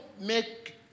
make